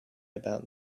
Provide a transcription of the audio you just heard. about